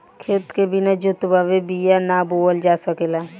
खेत के बिना जोतवले बिया ना बोअल जा सकेला